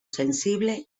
sensible